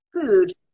food